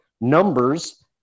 numbers